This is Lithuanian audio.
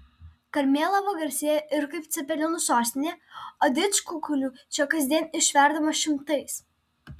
karmėlava garsėja ir kaip cepelinų sostinė o didžkukulių čia kasdien išverdama šimtais